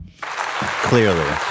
Clearly